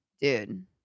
dude